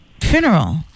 funeral